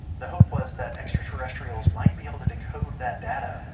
the hope was that extraterrestrials might be able to decode that data,